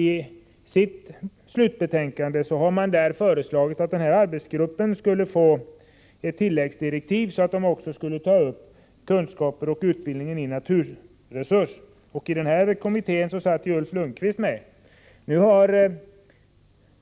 I sitt slutbetänkande har man föreslagit att arbetsgruppen skulle få tilläggsdirektiv. Arbetsgruppens arbete skulle nämligen även omfatta utbildning i naturresursfrågor. Ulf Lönnqvist satt med i nämnda kommitté.